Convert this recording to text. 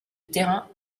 terrain